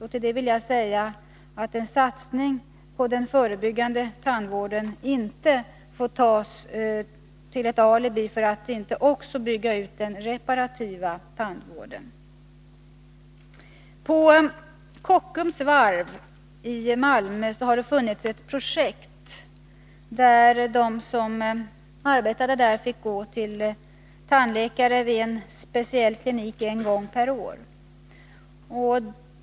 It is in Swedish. Och till det vill jag säga att en satsning på den förebyggande tandvården inte får användas som alibi för att inte också bygga ut den reparativa tandvården. På Kockums varv i Malmö har det funnits ett projekt där personalen fick gå till tandläkare vid en speciell klinik en gång per år.